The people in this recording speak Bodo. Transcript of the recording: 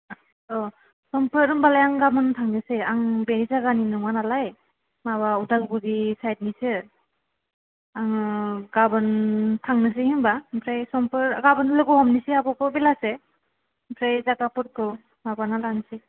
औ समफोर होमबालाय आं गाबोन थांनोसै आं बे जायगानि नङा नालाय माबा उदालगुरि सायदनिसो आङो गाबोन थांनोसै होमबा ओमफ्राय समफोर गाबोन लोगो हमनोसै आब'खौ बेलासे ओमफ्राय जागाफोरखौ माबाना लानोसै